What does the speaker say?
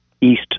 East